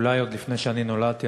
אולי לפני שאני נולדתי,